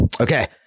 Okay